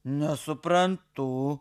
na suprantu